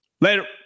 Later